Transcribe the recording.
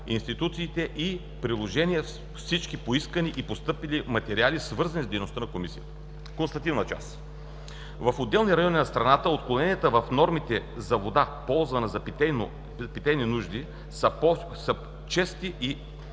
институциите и приложения – всички поискани и постъпили материали, свързани с дейността на комисията. Констативна част: В отделни райони на страната отклоненията в нормите за вода, ползвани за питейни нужди, са чести и